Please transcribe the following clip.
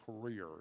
career